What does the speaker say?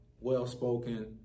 well-spoken